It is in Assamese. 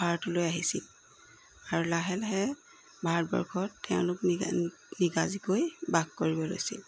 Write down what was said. ভাৰতলৈ আহিছিল আৰু লাহে লাহে ভাৰতবৰ্ষত তেওঁলোক নি নিগাজিকৈ বাস কৰিব লৈছিল